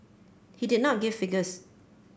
he did not give figures